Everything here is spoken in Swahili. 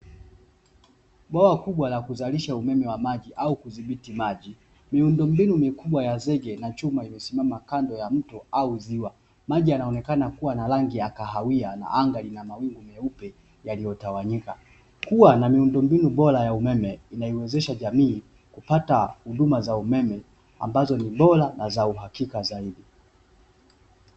Bwawa kubwa la kuzalisha umeme wa maji au kudhibiti maji. Miundombinu mikubwa ya zege na chuma imesimama kando ya mto au ziwa. Maji yanaonekana kuwa na rangi ya kahawia na anga lina mawingu meupe yaliyotawanyika. Kuwa na miundombinu bora ya umeme inaiwezesha jamii kupata huduma za umeme, ambazo ni bora na za uhakika zaidi.